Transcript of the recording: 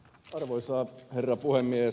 arvoisa herra puhemies